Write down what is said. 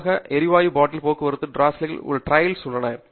பொதுவாக எரிவாயு பாட்டில் போக்குவரத்து டிராலிகள் உள்ளன